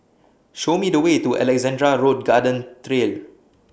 Show Me The Way to Alexandra Road Garden Trail